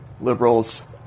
liberals